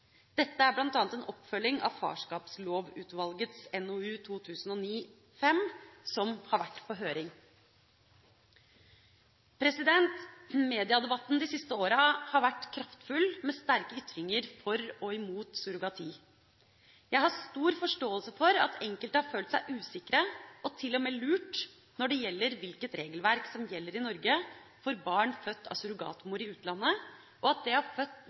Dette er bl.a. en oppfølging av Farskapslovutvalgets NOU 2009:5, som har vært på høring. Mediedebatten de siste åra har vært kraftfull, med sterke ytringer for og imot surrogati. Jeg har stor forståelse for at enkelte har følt seg usikre – og til og med lurt – når det gjelder hvilket regelverk som gjelder i Norge for barn født av surrogatmor i utlandet, og at det har